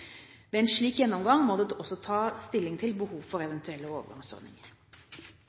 Ved en slik gjennomgang må det også tas stilling til behov for eventuelle overgangsordninger.